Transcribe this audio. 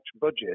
budget